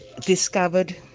discovered